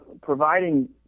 providing